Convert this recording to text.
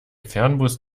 fernbus